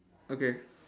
okay